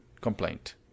complaint